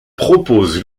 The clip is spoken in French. propose